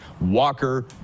Walker